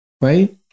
right